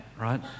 right